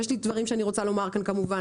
יש לי דברים שאני רוצה לומר כאן כמובן,